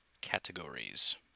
categories